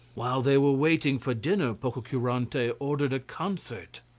while they were waiting for dinner pococurante ordered a concert.